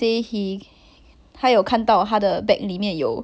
but then 我是真的没有看到他抽烟 lah